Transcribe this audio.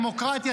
דמוקרטיה,